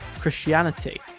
Christianity